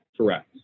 Correct